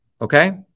okay